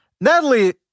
Natalie